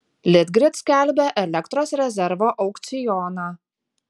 litgrid skelbia elektros rezervo aukcioną